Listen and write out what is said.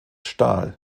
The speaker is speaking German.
stahl